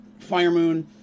Firemoon